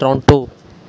Toronto